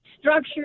structure